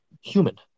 human